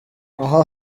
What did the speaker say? aho